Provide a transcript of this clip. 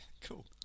cool